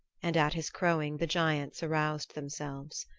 and at his crowing the giants aroused themselves.